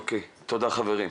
תודה חברים.